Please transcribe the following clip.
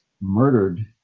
murdered